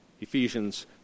Ephesians